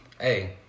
Hey